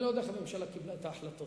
אני לא יודע איך הממשלה קיבלה את ההחלטות.